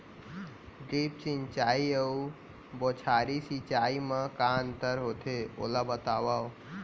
Drip सिंचाई अऊ बौछारी सिंचाई मा का अंतर होथे, ओला बतावव?